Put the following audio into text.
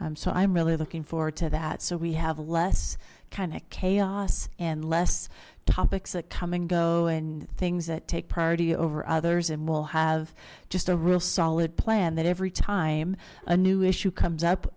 eighteen so i'm really looking forward to that so we have less kind of chaos and topics that come and go and things that take priority over others and will have just a real solid plan that every time a new issue comes up